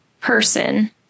person